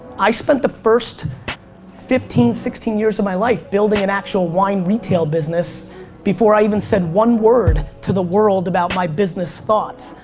i spent the first fifteen, sixteen years of my life building an actual wine retail business before i even said one word to the world about my business thoughts.